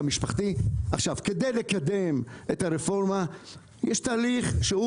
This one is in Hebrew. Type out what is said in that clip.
כדי לקדם את הרפורמה יש תהליך שהוא